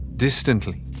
Distantly